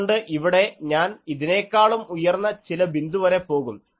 അതുകൊണ്ട് ഇവിടെ ഞാൻ ഇതിനേക്കാളും ഉയർന്ന ചില ബിന്ദുവരെ പോകും